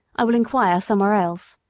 i will inquire somewhere else,